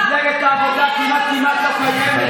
מפלגת העבודה כמעט-כמעט לא קיימת.